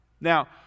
Now